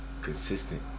consistent